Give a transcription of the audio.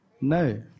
No